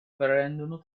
prendono